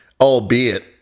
albeit